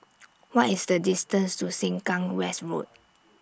What IS The distance to Sengkang West Road